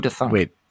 wait